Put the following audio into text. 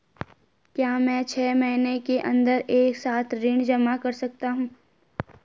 क्या मैं छः महीने के अन्दर एक साथ ऋण जमा कर सकता हूँ?